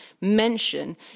mention